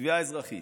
תביעה אזרחית.